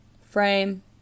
frame